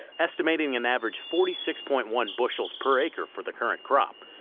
estimating an average forty six point one bushels per acre for the current crop,